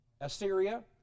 Assyria